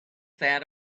that